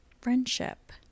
friendship